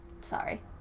Sorry